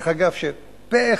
דרך אגב, פה-אחד,